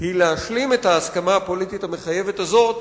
היא להשלים את ההסכמה הפוליטית המחייבת הזאת